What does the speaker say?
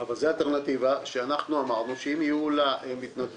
אבל זו אלטרנטיבה שאמרנו שאם יהיו לה מתנדבים,